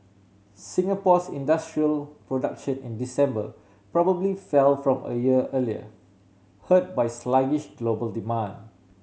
Singapore's industrial production in December probably fell from a year earlier hurt by sluggish global demand